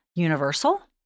universal